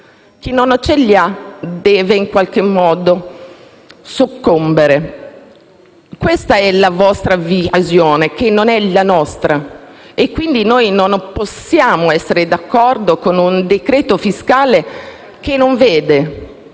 chi non li ha deve, in qualche modo, soccombere. Questa è la vostra visione, che non è la nostra. Noi non possiamo essere d'accordo con un decreto-legge fiscale che non vede,